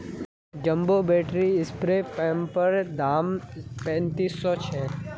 jumbo battery spray पंपैर दाम पैंतीस सौ छे